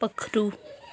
पक्खरू